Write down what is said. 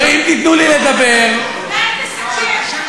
אם תיתנו לי לדבר, אולי תסכם.